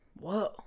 Whoa